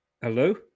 hello